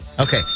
Okay